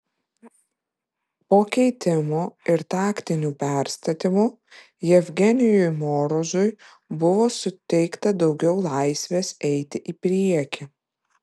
po keitimų ir taktinių perstatymų jevgenijui morozui buvo suteikta daugiau laisvės eiti į priekį